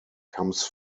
comes